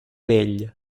vell